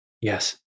Yes